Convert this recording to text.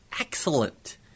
excellent